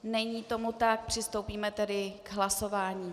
Není tomu tak, přistoupíme tedy k hlasování.